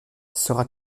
sera